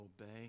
obey